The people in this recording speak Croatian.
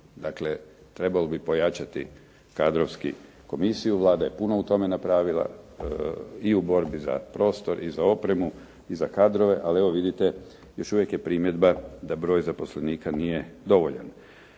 Dakle trebalo bi pojačati kadrovski komisiju. Vlada je puno u tome napravila, i u borbi za prostor i za opremu i za kadrove, ali evo vidite još uvijek je primjedba da broj zaposlenika nije dovoljan.